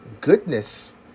goodness